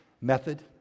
method